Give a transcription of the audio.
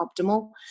optimal